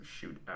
shoot